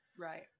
Right